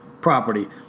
property